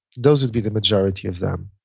those would be the majority of them.